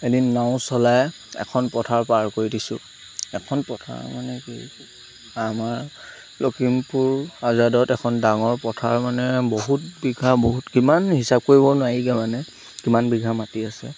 এদিন নাও চলাই এখন পথাৰ পাৰ কৰি দিছোঁ এখন পথাৰ মানে কি আমাৰ লখিমপুৰ আজাদত এখন ডাঙৰ পথাৰ মানে বহুত বিঘা বহুত কিমান হিচাপ কৰিব নোৱাৰিগৈ মানে কিমান বিঘা মাটি আছে